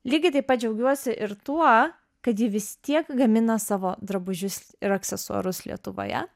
lygiai taip pat džiaugiuosi ir tuo kad ji vis tiek gamina savo drabužius ir aksesuarus lietuvoje